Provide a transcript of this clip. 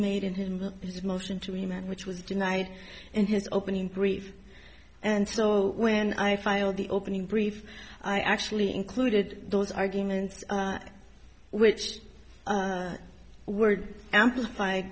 made in him his motion to him and which was denied in his opening brief and so when i filed the opening brief i actually included those arguments which words amplif